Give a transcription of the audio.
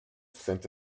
sent